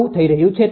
01 નથી